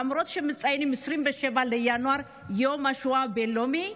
למרות שמציינים ב-27 בינואר את יום השואה הבין-לאומי,